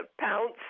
pounce